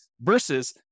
versus